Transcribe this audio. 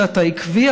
שאתה עקבי,